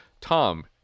Tom